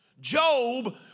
Job